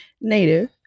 native